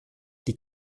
die